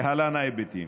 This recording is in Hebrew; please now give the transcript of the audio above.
להלן ההיבטים: